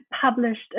published